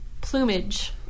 plumage